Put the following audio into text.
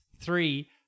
Three